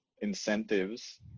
incentives